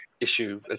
issue